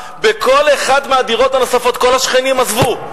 כל השכנים עזבו.